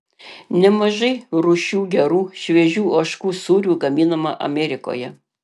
nemažai rūšių gerų šviežių ožkų sūrių gaminama amerikoje